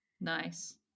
Nice